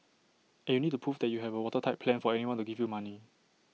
and you need to prove that you have A watertight plan for anyone to give you money